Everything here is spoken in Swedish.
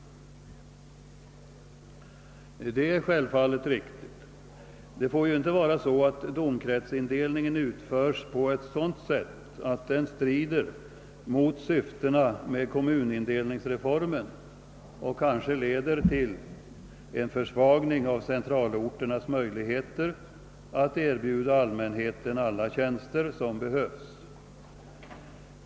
Det är självfallet riktigt. Det får ju inte vara så att domkretsindelningen utförs på ett sådant sätt att den strider mot syftena med kommunindelningsreformen och kanske leder till en försvagning av centralorternas möjligheter att erbjuda allmänheten alla tjänster som behövs.